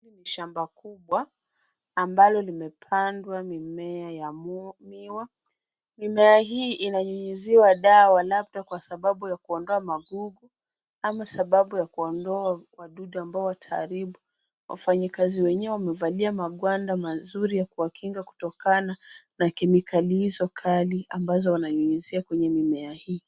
Shamba kubwa ambalo limepandwa mimea ya miwa. Mimea hii inanyunyuziwa dawa labda kwa sababu ya kuondoa magugu ama sababu ya kuondoa wadudu ambao wataharibu. Wafanyakazi wenyewe wamevalia magwanda mazuri ya kuwakinga kutokana na kemikali hizo kali ambazo wananyunyuzia kwenye mimea hii.